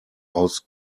aus